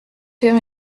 faire